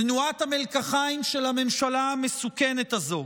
תנועת המלקחיים של הממשלה המסוכנת הזו,